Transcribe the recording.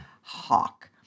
hawk